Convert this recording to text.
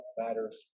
matters